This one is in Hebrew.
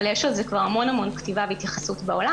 אבל יש על זה כבר המון כתיבה והתייחסות בעולם